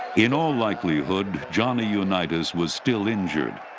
in all likelihood, johnny unitas was still injured.